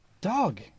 Dog